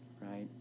right